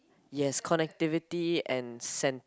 yes connectivity and sen~